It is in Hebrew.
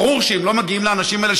ברור שאם לא מגיעים לאנשים האלה,